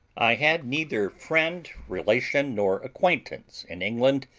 i had neither friend, relation, nor acquaintance in england,